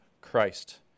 Christ